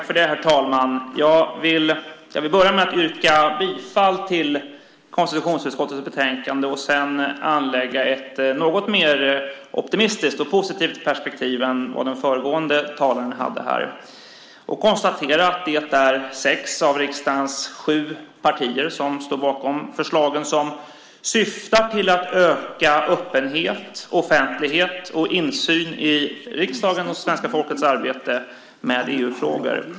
Herr talman! Jag vill börja med att yrka bifall till konstitutionsutskottets förslag i betänkandet och sedan anlägga ett något mer optimistiskt och positivt perspektiv än vad den föregående talaren hade. Jag konstaterar att det är sex av riksdagens sju partier som står bakom förslaget, som syftar till att öka öppenhet, offentlighet och insyn i riksdagens och svenska folkets arbete med EU-frågor.